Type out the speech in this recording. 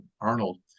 Arnold